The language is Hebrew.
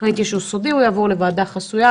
ראיתי שהוא סודי והוא יעבור לוועדה חסויה.